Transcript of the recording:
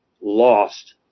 lost